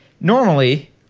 Normally